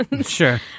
Sure